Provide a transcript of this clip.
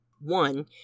One